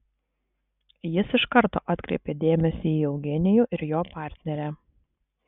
jis iš karto atkreipė dėmesį į eugenijų ir jo partnerę